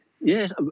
Yes